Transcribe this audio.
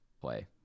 play